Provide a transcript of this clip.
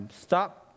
Stop